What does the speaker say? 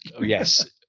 Yes